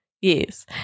yes